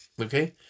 Okay